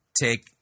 take